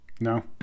No